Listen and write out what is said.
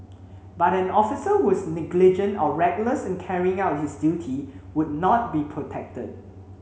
but an officer who was negligent or reckless in carrying out his duty would not be protected